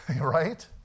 Right